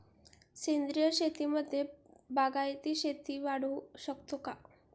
सेंद्रिय शेतीमध्ये बागायती शेती वाढवू शकतो का?